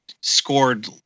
scored